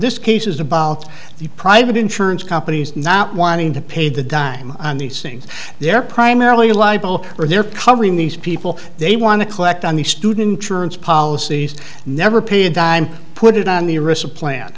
this case is about the private insurance companies not wanting to pay the dime on these things they're primarily libel or they're covering these people they want to collect on the student policies never pay a dime put it on the wrist a plan